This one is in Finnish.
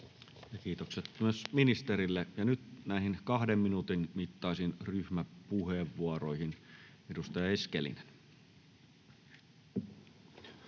Kiitokset myös ministerille. — Nyt näihin kahden minuutin mittaisiin ryhmäpuheenvuoroihin. — Edustaja Eskelinen.